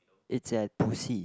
it's at Pu-xi